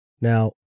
Now